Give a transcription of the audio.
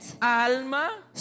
alma